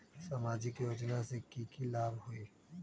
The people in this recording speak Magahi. सामाजिक योजना से की की लाभ होई?